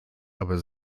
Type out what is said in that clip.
aber